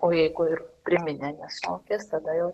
o jeigu ir priminę nesumokės tada jau